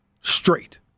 Straight